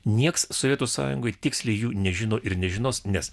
nieks sovietų sąjungoje tiksli jų nežino ir nežinos nes